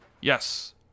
Yes